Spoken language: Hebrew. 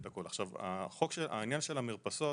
העניין של המרפסות